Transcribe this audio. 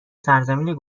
سرزمین